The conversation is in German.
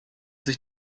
sich